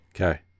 Okay